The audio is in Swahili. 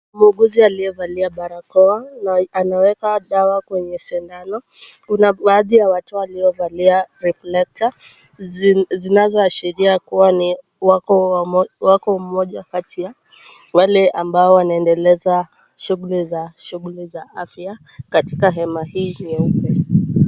Muuguzi aliyevalia barakoa anaweka dawa kwenye sidano. Kuna baadhi ya watu waliovalia reflector zinazoashiria kuwa wako pamoja kati ya wale ambao wanaendeleza shughuli za afya katika hema hii nyeupe.